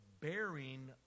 bearing